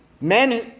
Men